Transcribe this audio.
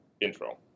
intro